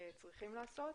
צריכים לעשות.